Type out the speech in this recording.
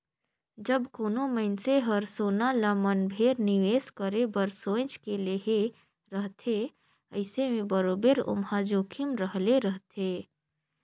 जब कोनो मइनसे हर सोना ल मन भेर निवेस करे बर सोंएच के लेहे रहथे अइसे में बरोबेर ओम्हां जोखिम रहले रहथे